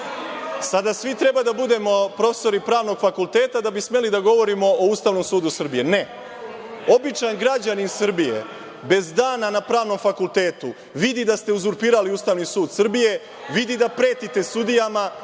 Sada svi treba da budemo profesori pravnog fakulteta da bi smeli da govorimo o Ustavnom sudu Srbije. Ne. Običan građanin Srbije, bez dana na pravnom fakultetu, vidi da ste uzurpirali Ustavni sud Srbije, vidi da pretite sudijama,